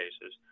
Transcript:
cases